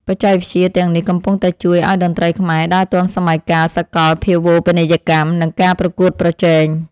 បច្ចេកវិទ្យាទាំងនេះកំពុងតែជួយឱ្យតន្ត្រីខ្មែរដើរទាន់សម័យកាលសកលភាវូបនីយកម្ម និង ការប្រកួតប្រជែង។